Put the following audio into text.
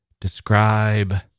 describe